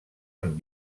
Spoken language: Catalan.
amb